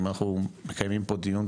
אם אנחנו מקיימים פה דיון,